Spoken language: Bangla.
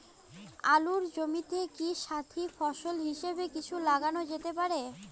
আলুর জমিতে কি সাথি ফসল হিসাবে কিছু লাগানো যেতে পারে?